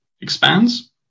expands